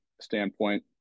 standpoint